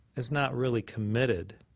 is not really committed